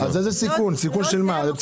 איזה